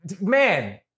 Man